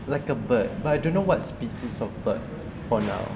like a bird but I don't know what species of bird for now